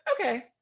okay